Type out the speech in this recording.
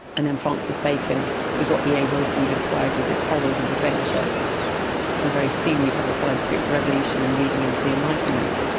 and then francis bacon was what e. o. wilson described as this herald of adventure and very soon we'd have the scientific revolution and leading into the enlightenment.